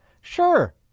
Sure